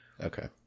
Okay